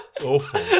awful